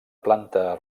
planta